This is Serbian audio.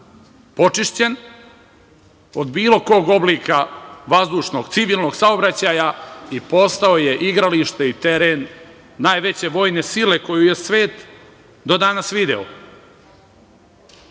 počišćen od bilo kog oblika vazdušnog, civilnog saobraćaja i postao je igralište i teren najveće vojne sile koju je svet do danas video. Postao